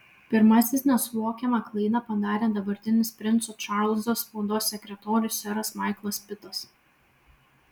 pirmasis nesuvokiamą klaidą padarė dabartinis princo čarlzo spaudos sekretorius seras maiklas pitas